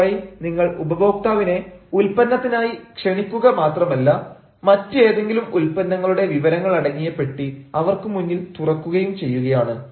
ഇതുവഴി നിങ്ങൾ ഉപഭോക്താവിനെ ഉൽപ്പന്നത്തിനായി ക്ഷണിക്കുക മാത്രമല്ല മറ്റേതെങ്കിലും ഉൽപ്പന്നങ്ങളുടെ വിവരങ്ങൾ അടങ്ങിയ പെട്ടി അവർക്കുമുന്നിൽ തുറക്കുകയും ചെയ്യുകയാണ്